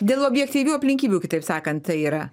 dėl objektyvių aplinkybių kitaip sakant tai yra